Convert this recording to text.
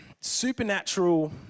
supernatural